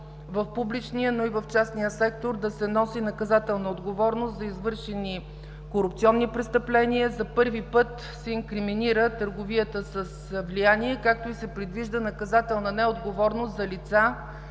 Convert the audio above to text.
в публичния, но и в частния сектор да се носи наказателна отговорност за извършени корупционни престъпления. За първи път се инкриминира търговията с влияние, както и се предвижда наказателна не отговорност за лица,